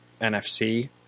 NFC